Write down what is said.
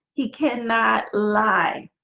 he cannot lie.